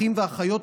אחים ואחיות,